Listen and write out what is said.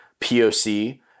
POC